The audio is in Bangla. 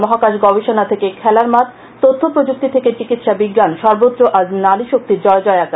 মহাকাশ গবেষণা থেকে খেলার মাঠ তথ্য প্রযুক্তি থেকে চিকিৎসা বিজ্ঞানসর্বত্র আজ নারী শক্তির জয়জয়কার